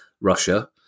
Russia